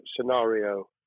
scenario